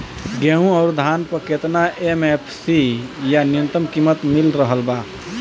गेहूं अउर धान पर केतना एम.एफ.सी या न्यूनतम कीमत मिल रहल बा?